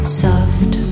soft